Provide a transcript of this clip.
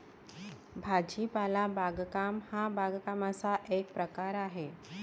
भाजीपाला बागकाम हा बागकामाचा एक प्रकार आहे